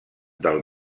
del